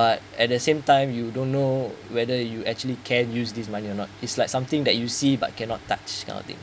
but at the same time you don't know whether you actually can use this money or not it's like something that you see but cannot touch this kind of thing